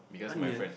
onions